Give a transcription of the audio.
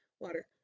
Water